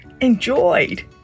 enjoyed